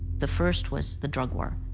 the first was the drug war.